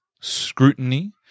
scrutiny